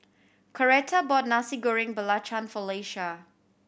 Coretta bought Nasi Goreng Belacan for Leisha